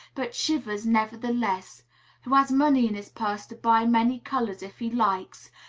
but shivers nevertheless who has money in his purse to buy many colors, if he likes,